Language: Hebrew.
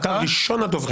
אתה ראשון הדוברים.